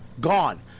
Gone